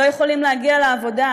לא יכולים להגיע לעבודה,